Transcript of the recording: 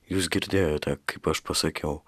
jūs girdėjote kaip aš pasakiau